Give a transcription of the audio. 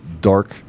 dark